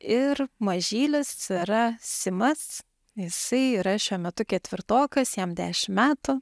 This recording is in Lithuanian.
ir mažylis yra simas jisai yra šiuo metu ketvirtokas jam dešim metų